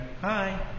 Hi